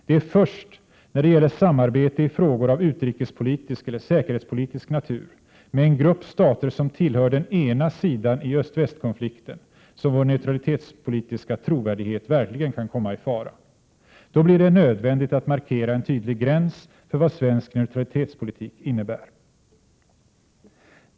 Det är först när det gäller samarbete i frågor av utrikespolitisk eller säkerhetspolitisk natur med en grupp stater som tillhör den ena sidan i öst—väst-konflikten som vår neutralitetspolitiska trovärdighet verkligen kan komma i fara. Då blir det nödvändigt att markera en tydlig gräns för vad svensk neutralitetspolitik innebär.